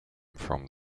from